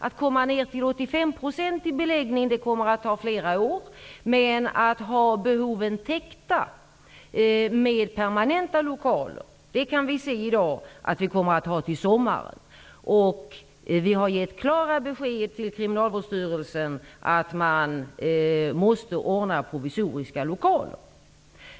Det kommer att ta flera år att komma ned till en 85 procentig beläggning. Men behovet av permanenta lokaler kommer att täckas till sommaren. Vi har gett klara besked till Kriminalvårdsstyrelsen att man måste ordna provisoriska lokaler.